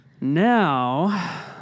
Now